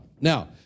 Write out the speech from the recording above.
Now